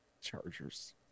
Chargers